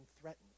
threatened